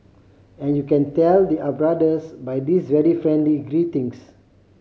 and you can tell they are brothers by this very friendly greetings